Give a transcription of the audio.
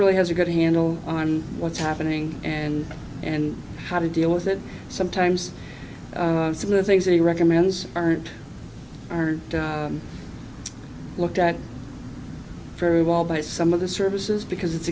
really has a good handle on what's happening and and how to deal with that sometimes some of the things that he recommends aren't looked at very well by some of the services because it's